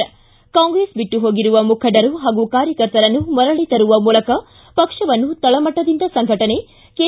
ಿ ಕಾಂಗ್ರೆಸ್ ಬಿಟ್ಟು ಹೋಗಿರುವ ಮುಖಂಡರು ಹಾಗೂ ಕಾರ್ಯಕರ್ತರನ್ನು ಮರಳಿ ತರುವ ಮೂಲಕ ಪಕ್ಷವನ್ನು ತಳಮಟ್ಟದಿಂದ ಸಂಘಟನೆ ಕೆ